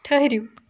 ٹھٔہرِو